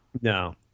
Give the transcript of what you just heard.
No